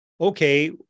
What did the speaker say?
okay